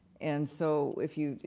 and so if you,